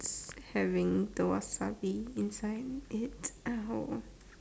having the wasabi inside it oh